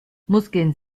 muskeln